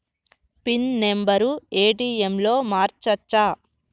Pin number ATM లో మార్చచ్చా?